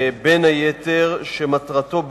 שמטרתו,